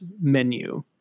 menu